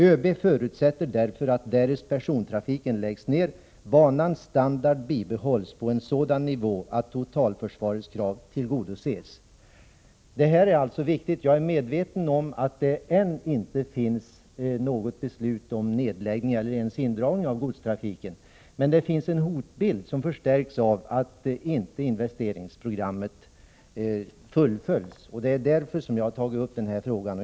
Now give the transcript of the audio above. ÖB förutsätter därför att därest persontrafiken läggs ner banans standard bibehålls på en sådan nivå att totalförsvarets krav tillgodoses.” Det här är alltså en viktig fråga. Jag är medveten om att det ännu inte finns något beslut om nedläggning eller ens indragning av godstrafiken, men det finns en hotbild, och den förstärks av att investeringsprogrammet inte fullföljs. Det är av den anledningen som jag har tagit upp frågan.